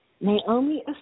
Naomi